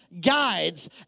guides